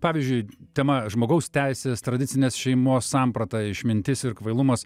pavyzdžiui tema žmogaus teisės tradicinės šeimos samprata išmintis ir kvailumas